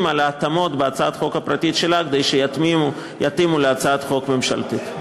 על התאמות בהצעת החוק הפרטית שלה כדי שתתאים להצעת החוק הממשלתית.